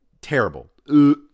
terrible